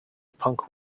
punk